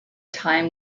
time